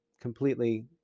completely